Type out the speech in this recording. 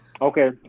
okay